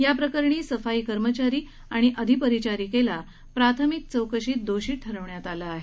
या प्रकरणी सफाई कर्मचारी आणि अधिपरिचरीकेला प्राथमिक चौकशीत दोषी ठरवण्यात आलं आहे